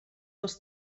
els